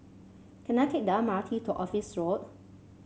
can I take the M R T to Office Road